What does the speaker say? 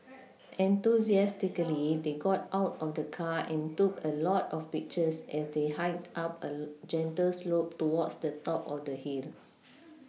enthusiastically they got out of the car and took a lot of pictures as they hiked up a gentle slope towards the top of the hill